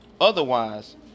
otherwise